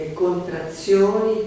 contrazioni